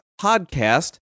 podcast